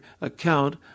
account